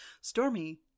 stormy